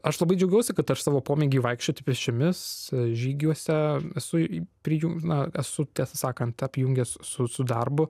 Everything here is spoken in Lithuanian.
aš labai džiaugiuosi kad aš savo pomėgį vaikščioti pėsčiomis žygiuose su tiesą sakant apjungęs su darbu